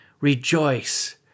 Rejoice